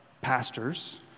pastors